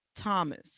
Thomas